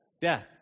Death